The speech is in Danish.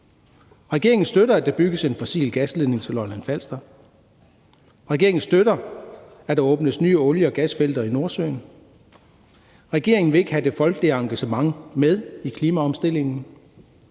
Regeringen støtter, at der bygges en fossil gasledning til Lolland-Falster. Regeringen støtter, at der åbnes nye olie- og gasfelter i Nordsøen. Regeringen vil ikke have det folkelige engagement med i klimaomstillingen.